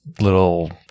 little